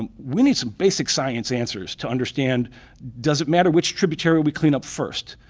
um we need some basic science answers to understand does it matter which tributary we clean up first.